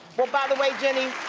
but by the way, jenny,